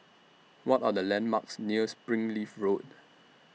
What Are The landmarks near Springleaf Road